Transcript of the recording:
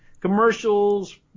Commercials